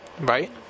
Right